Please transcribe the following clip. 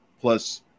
plus